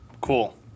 Cool